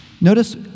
Notice